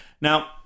Now